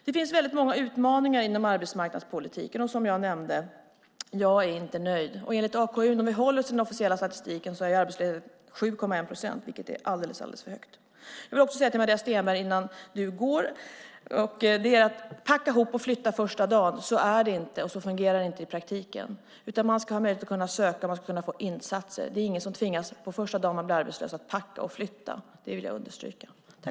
Det finns väldigt många utmaningar inom arbetsmarknadspolitiken, och som jag nämnde är jag inte nöjd. Enligt AKU, som håller i den officiella statistiken, är arbetslösheten 7,1 procent, vilket är alldeles för högt. Jag vill också säga till Maria Stenberg, innan hon går, att det inte är så att man tvingas att packa ihop och flytta första dagen. Så fungerar det inte i praktiken, utan man ska ha möjlighet att söka och få insatser. Det är ingen som tvingas att packa och flytta första dagen man blir arbetslös, vill jag understryka.